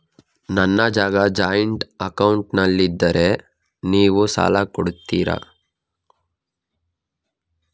ನನ್ನ ಜಾಗ ಜಾಯಿಂಟ್ ಅಕೌಂಟ್ನಲ್ಲಿದ್ದರೆ ನೀವು ಸಾಲ ಕೊಡ್ತೀರಾ?